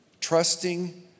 Trusting